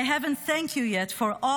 I have not thanked you yet for all